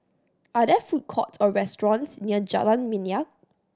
are there food courts or restaurants near Jalan Minyak